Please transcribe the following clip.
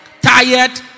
Tired